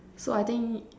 so I think